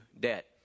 debt